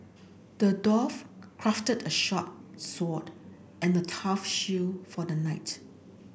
the dwarf crafted a sharp sword and a tough shield for the knight